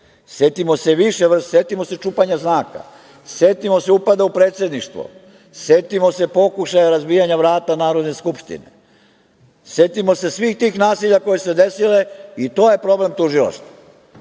u Narodnu skupštinu. Setimo se čupanja znaka, setimo se upada u Predsedništvo. Setimo se pokušaja razbijanja vrata Narodne skupštine. Setimo se svih tih nasilja koja su se desile i to je problem tužilaštva.